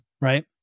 right